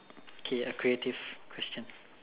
K a creative question